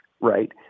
right